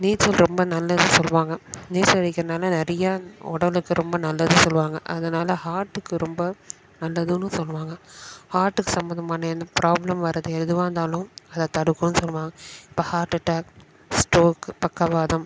நீச்சல் ரொம்ப நல்லதுன்னு சொல்லுவாங்க நீச்சல் அடிக்கிறதுனால நிறையா உடலுக்கு ரொம்ப நல்லதுன்னு சொல்லுவாங்க அதனால் ஹார்ட்டுக்கு ரொம்ப நல்லதுன்னும் சொல்லுவாங்க ஹார்ட்டுக்கு சம்பந்தமான எந்த ப்ராப்ளம் வர்றது எதுவாக இருந்தாலும் அதை தடுக்கும்ன்னு சொல்லுவாங்க இப்போ ஹார்ட் அட்டாக் ஸ்ட்ரோக் பக்கவாதம்